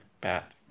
bat